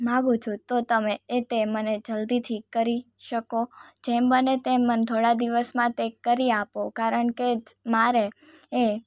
માગું છું તો તમે એ તે મને જલ્દીથી કરી શકો જેમ બને તેમ મને થોડા દિવસમાં જ તે કરી આપો કારણ કે જ મારે એ